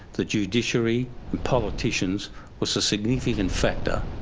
the judiciary and politicians was a significant factor.